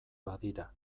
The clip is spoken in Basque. badira